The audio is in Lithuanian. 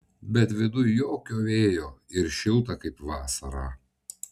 bet viduj jokio vėjo ir šilta kaip vasarą